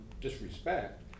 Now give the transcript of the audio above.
disrespect